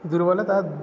दुर्बलता